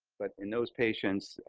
but in those patients,